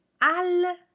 al